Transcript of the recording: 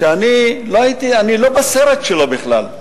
שאני לא בסרט שלו בכלל.